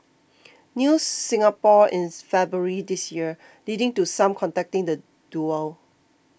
News Singapore in February this year leading to some contacting the duo